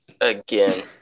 Again